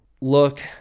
Look